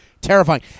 terrifying